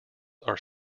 are